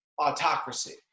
autocracy